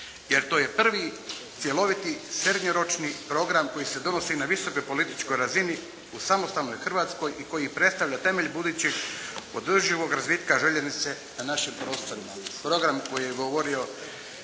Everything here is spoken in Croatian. Jer to je prvi, cjeloviti srednjoročni program koji se donosi na visokoj političkoj razini u samostalnoj Hrvatskoj i koji predstavlja temelj, budućih održivog razvitka željeznice na našim prostorima.